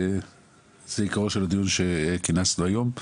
וזה עיקרו של הדיון שכינסנו היום.